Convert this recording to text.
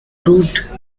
crooked